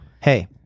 Hey